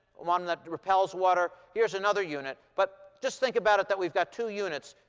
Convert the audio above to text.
one that repels water. here's another unit. but just think about it that we've got two units,